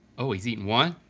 oh he's eating one.